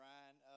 Ryan